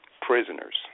prisoners